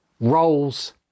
roles